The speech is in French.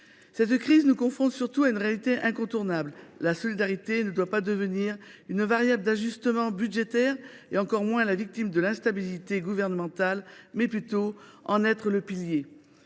Cette crise nous confronte surtout à une réalité incontournable : la solidarité ne doit pas devenir une variable d’ajustement budgétaire et encore moins la victime de l’instabilité gouvernementale, mais doit plutôt en être le pilier.